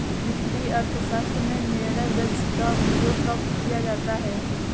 वित्तीय अर्थशास्त्र में निर्णय वृक्ष का उपयोग कब किया जाता है?